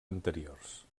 anteriors